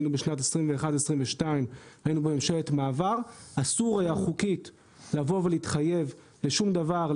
בשנת 2022-2021 היינו בממשלת מעבר ואסור היה חוקית להתחייב לשום דבר.